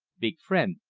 big frien',